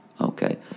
Okay